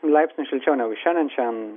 laipsniu šilčiau negu šiandien šiandien